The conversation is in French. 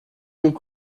nous